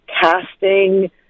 casting